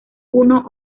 uno